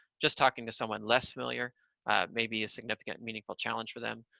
just talking to someone less familiar may be a significant meaningful challenge for them.